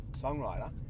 songwriter